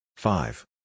Five